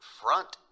front